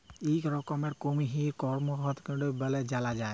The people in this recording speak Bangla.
ইক রকমের কুমহির করকোডাইল ব্যলে জালা যায়